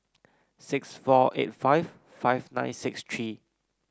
six four eight five five nine six three